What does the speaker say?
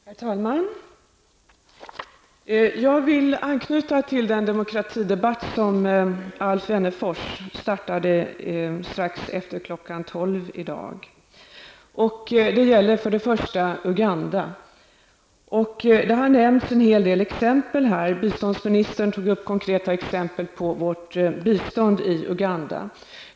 Herr talman! Jag vill anknyta till den demokratidebatt som Alf Wennerfors startade strax efter kl. 12.00 i dag. Till att börja med gäller det Uganda. Det har nämnts en hel del exempel. Biståndsministern tog upp konkreta exempel på vårt bistånd till Uganda.